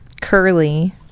Curly